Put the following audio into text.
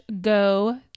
go